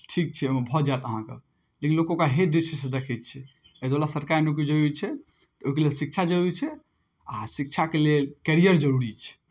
ठीक छै ओहिमे भऽ जायत अहाँके लेकिन लोक ओकरा हेय दृष्टिसँ देखै छै एहि दुआरे सरकारी नौकरी जरूरी छै ओहिके लेल शिक्षा जरूरी छै आ शिक्षाके लेल कैरियर जरूरी छै